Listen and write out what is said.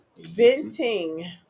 Venting